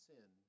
Sin